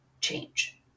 change